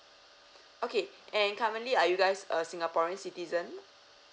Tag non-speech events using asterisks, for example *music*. *breath* okay and currently are you guys a singaporean citizen